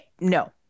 No